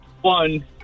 one